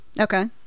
okay